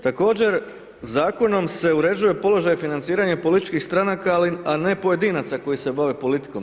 Također, zakonom se uređuje položaj financiranja političkih stranaka, a ne pojedinaca koji se bave politikom.